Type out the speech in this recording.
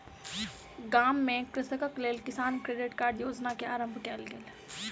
गाम में कृषकक लेल किसान क्रेडिट कार्ड योजना के आरम्भ कयल गेल